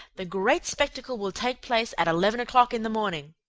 the great spectacle will take place at eleven o'clock in the morning.